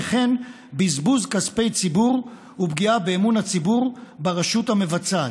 וכן בזבוז כספי ציבור ופגיעה באמון הציבור ברשות המבצעת.